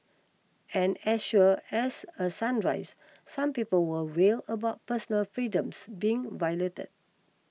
and as sure as a sunrise some people will wail about personal freedoms being violated